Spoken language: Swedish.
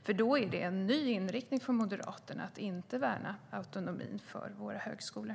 Det är i så fall en ny inriktning för Moderaterna att inte värna autonomin för våra högskolor.